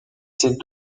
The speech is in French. ses